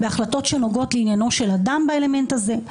בהחלטות שנוגעות לעניינו של אדם באלמנט הזה.